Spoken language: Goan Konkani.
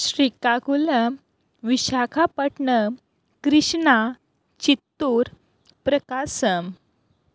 श्रीकागुलम विशाखापट्टनम कृष्णा चित्तूर प्रकाशम